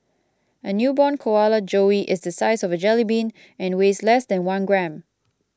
a newborn koala joey is the size of a jellybean and weighs less than one gram